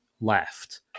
left